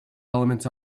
elements